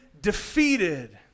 defeated